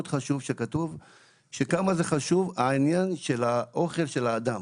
חשוב שכתוב כמה חשוב העניין של האוכל של האדם.